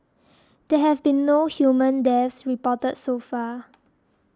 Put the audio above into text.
there have been no human deaths reported so far